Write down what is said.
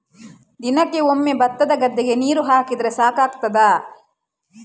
ದಿನಕ್ಕೆ ಒಮ್ಮೆ ಭತ್ತದ ಗದ್ದೆಗೆ ನೀರು ಹಾಕಿದ್ರೆ ಸಾಕಾಗ್ತದ?